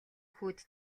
хүүд